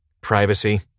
privacy